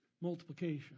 multiplication